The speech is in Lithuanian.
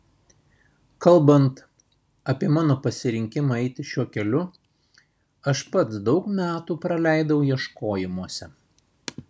kalbant apie mano pasirinkimą eiti šiuo keliu aš pats daug metų praleidau ieškojimuose